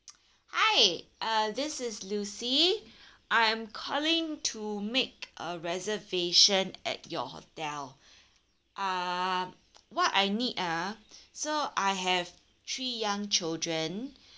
hi uh this is lucy I'm calling to make a reservation at your hotel uh what I need ah so I have three young children